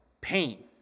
pain